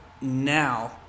now